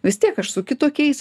vis tiek aš su kitokiais